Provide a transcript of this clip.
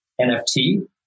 NFT